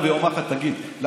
אז יבוא בן אדם ויאמר לך: תגיד,